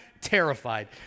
terrified